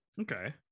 Okay